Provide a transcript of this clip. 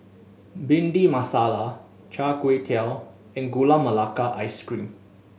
Bhindi Masala Char Kway Teow and Gula Melaka Ice Cream